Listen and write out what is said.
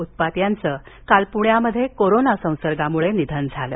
उत्पात यांचं काल पुण्यात कोरोना संसर्गामुळे निधन झालं